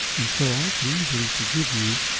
and so i could easily forgive you.